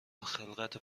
خلق